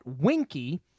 Winky